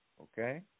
Okay